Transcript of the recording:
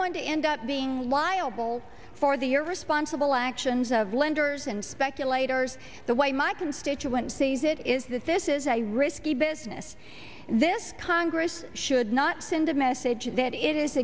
going to end up being liable for the irresponsible actions of lenders and speculators the way my constituencies it is that this is a risky business this congress should not send a message that it is